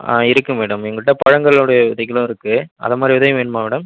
ஆ இருக்குது மேடம் எங்கள்கிட்ட பழங்களுடைய விதைகளும் இருக்குது அது மாதிரி விதையும் வேணுமா மேடம்